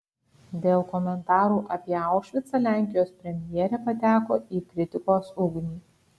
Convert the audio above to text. dėl komentarų apie aušvicą lenkijos premjerė pateko į kritikos ugnį